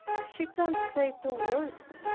she can't say two words.